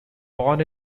born